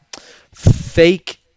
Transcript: fake